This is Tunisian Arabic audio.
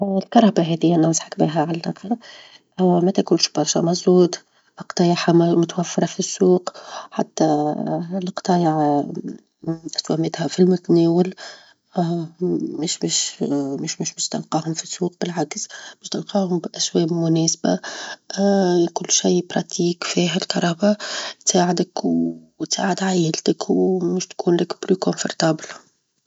ا الكرهبة هذي ننصحك بها على اللخر، ما تاكلش برشا مجهود، قطايعها متوفرة فى السوق، حتى القطايع قيمتها في المتناول. -مش مش مش مش- مش تلقاهم في السوق بالعكس باش تلقاهم بأسواق مناسبة، كل شيء عملى في هي الكرهبة، تساعدك، وتساعد عايلتك، وباش تكون لك مريحة جدًا.